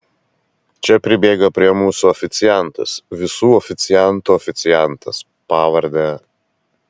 čia pribėga prie mūsų oficiantas visų oficiantų oficiantas pavarde